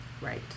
Right